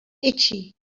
itchy